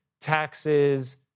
taxes